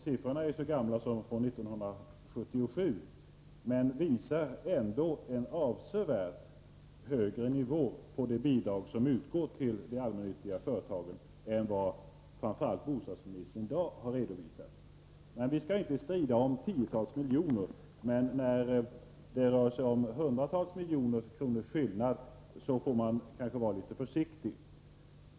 Siffrorna är så gamla som från 1977, men de visar ändå en avsevärt högre nivå på de bidrag som utgår till de allmännyttiga bostadsföretagen än framför allt bostadsministern i dag har redovisat. Vi skall inte strida om tiotal miljoner, men när det rör sig om skillnader på hundratals miljoner kronor får man kanske vara litet försiktig.